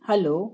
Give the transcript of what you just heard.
hello